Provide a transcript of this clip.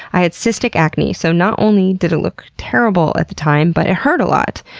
i had cystic acne so not only did it look terrible at the time, but it hurt a lot.